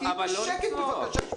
אז תהיי בשקט בבקשה.